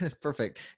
Perfect